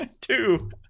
Two